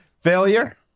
Failure